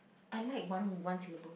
I like one one syllable